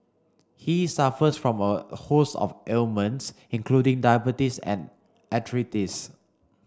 he suffers from a host of ailments including diabetes and arthritis